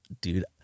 dude